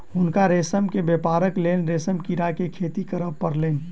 हुनका रेशम के व्यापारक लेल रेशम कीड़ा के खेती करअ पड़लैन